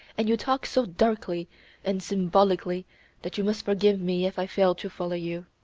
and you talk so darkly and symbolically that you must forgive me if i fail to follow you.